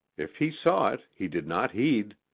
if he saw it he did not heed.